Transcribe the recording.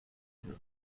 hills